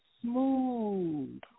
smooth